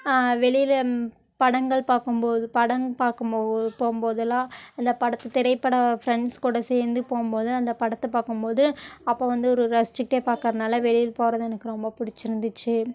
வெளியில் படங்கள் பார்க்கும்போது படம் பார்க்கும் மோ போகும்போதெல்லாம் இந்த படத்தை திரைப்படம் ஃப்ரெண்ட்ஸ் கூட சேர்ந்து போகும்போது அந்த படத்தை பார்க்கும் போது அப்போ வந்து ரு ரசிச்சுக்கிட்டே பார்க்கறனால வெளியில் போவது எனக்கு ரொம்ப பிடிச்சிருந்துச்சு